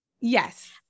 Yes